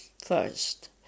first